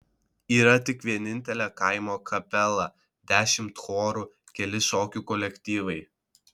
yra tik vienintelė kaimo kapela dešimt chorų keli šokių kolektyvai